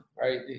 right